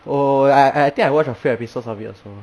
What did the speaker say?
oh I I I think I watched a few episodes of it also